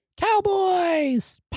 cowboys